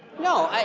no.